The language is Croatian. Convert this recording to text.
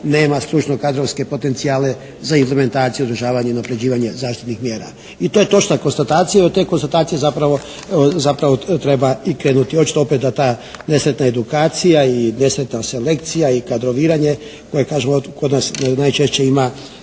nema stručno kadrovske potencijale za instrumentaciju, održavanje i unapređivanje zaštitnih mjera. I to je točna konstatacija i od te konstatacije zapravo treba i krenuti. Očito opet da ta nesretna edukacija i nesretna selekcija i kadroviranje koje kažem kod nas najčešće se